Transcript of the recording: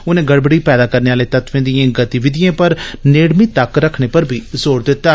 उने गड़बड़ी पैदा करने आले तत्वें दिएं गतिविधिएं पर नेड़मीं तक्क रखने पर बी जोर दित्ता